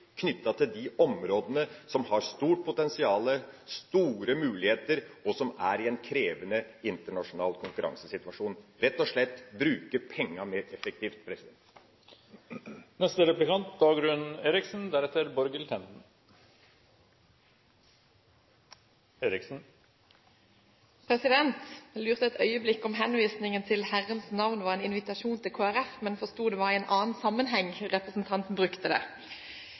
knyttet til de områdene som har stort potensial, store muligheter, og som er i en krevende internasjonal konkurransesituasjon – rett og slett bruke pengene mer effektivt. Jeg lurte et øyeblikk på om henvisningen til «herrens navn» var en invitasjon til Kristelig Folkeparti, men forsto det var i en annen sammenheng representanten brukte det.